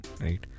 right